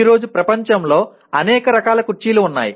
ఈ రోజు ప్రపంచంలో అనేక రకాల కుర్చీలు ఉన్నాయి